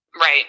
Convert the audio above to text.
Right